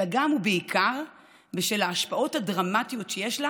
אלא גם, ובעיקר, בשל ההשפעות הדרמטיות שיש לה